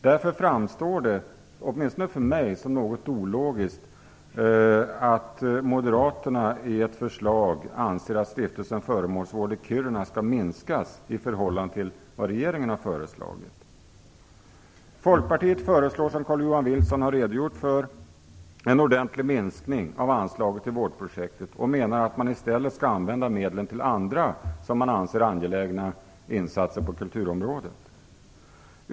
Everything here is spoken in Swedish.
Därför framstår det, åtminstone för mig, som något ologiskt att moderaterna i ett förslag anser att anslaget till Stiftelsen Föremålsvård i Kiruna skall minskas i förhållande till vad regeringen har föreslagit. Folkpartiet föreslår, som Carl-Johan Wilson har redogjort för, en ordentlig minskning av anslaget till vårdprojektet och menar att man i stället skall använda medlen till andra angelägna insatser på kulturområdet.